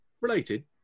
related